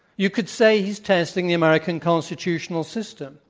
you could say he's testing the american constitutional system.